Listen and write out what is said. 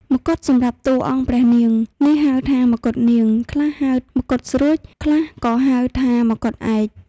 មកុដសម្រាប់តួអង្គព្រះនាងនេះហៅថាមកុដនាង ខ្លះហៅមកុដស្រួច ខ្លះក៏ហៅថាមកុដឯក។